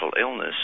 illness